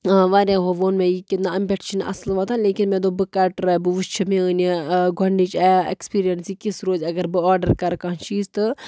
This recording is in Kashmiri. وارِیاہو ووٚن مےٚ یہِ کہِ نَہ اَمہِ پٮ۪ٹھ چھِنہٕ اَصٕل واتان لیکِن مےٚ دوٚپ بہٕ کَرٕ ٹراے بہٕ وٕچھٕ میٲنۍ گۄڈٕنِچ اٮ۪کٔسپیٖرینِس یہِ کِژھ روزِ اگر بہٕ آرڈر کَرٕ کانٛہہ چیٖز تہٕ